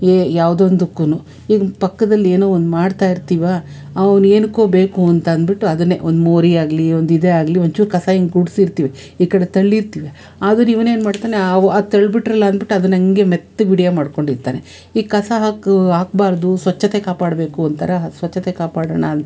A ಯಾವುದೊಂದಕ್ಕೂ ಈಗ ಪಕ್ಕದಲ್ಲೇನೋ ಒಂದು ಮಾಡ್ತಾಯಿರ್ತೀವಿ ಅವನೇನಕ್ಕೋ ಬೇಕು ಅಂತ ಅಂದ್ಬಿಟ್ಟು ಅದನ್ನೇ ಒಂದು ಮೋರಿ ಆಗಲಿ ಒಂದು ಇದೇ ಆಗಲಿ ಒಂಚೂರು ಕಸ ಹಿಂಗೆ ಗುಡಿಸಿರ್ತೀವಿ ಈ ಕಡೆ ತಳ್ಳಿರ್ತೀವಿ ಆದರು ಇವ್ನೇನು ಮಾಡ್ತಾನೆ ಆ ಆ ತಳ್ಬಿಟ್ರಲ್ಲ ಅಂದ್ಬಿಟ್ಟು ಅದನ್ನಂಗೆ ಮೆತ್ತಗೆ ವೀಡಿಯೋ ಮಾಡ್ಕೊಂಡಿರ್ತಾನೆ ಈ ಕಸ ಹಾಕಿ ಹಾಕಬಾರ್ದು ಸ್ವಚ್ಛತೆ ಕಾಪಾಡಬೇಕು ಅಂತಾರೆ ಆ ಸ್ವಚ್ಚತೆ ಕಾಪಾಡೋಣ ಅನ